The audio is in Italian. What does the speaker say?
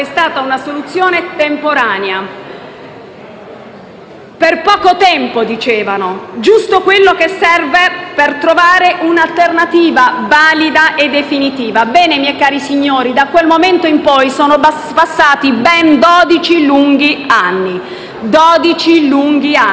soluzione temporanea: per poco tempo - dicevano - giusto quello che serve per trovare un'alternativa valida e definitiva. Bene, miei cari signori, da allora sono passati ben dodici lunghi anni.